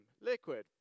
liquid